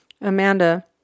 amanda